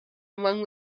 among